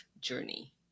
journey